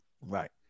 Right